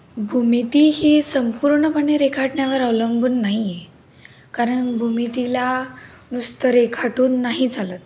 भूमिती ही संपूर्णपणे रेखाटण्यावर अवलंबून नाही आहे कारण भूमितीला नुसतं रेखाटून नाही चालत